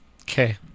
Okay